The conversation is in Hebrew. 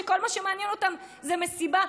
שכל מה שמעניין אותם זה מסיבה.